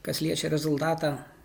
kas liečia rezultatą